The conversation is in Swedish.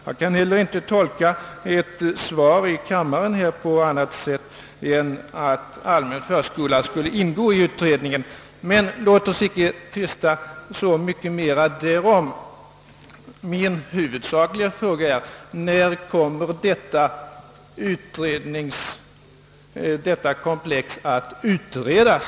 Jag kan heller inte tolka svaret i kammaren på annat sätt än att allmän förskola skulle ingå i utredningen. Men låt oss inte tvista mera härom. Min huvudsakliga fråga är: När kommer detta komplex att utredas?